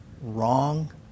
Wrong